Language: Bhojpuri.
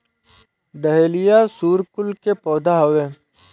डहेलिया सूर्यकुल के पौधा हवे